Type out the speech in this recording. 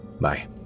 Bye